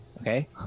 Okay